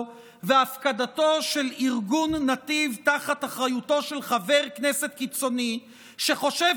והפקדתו של ארגון נתיב תחת אחריותו של חבר כנסת קיצוני שחושב